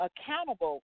accountable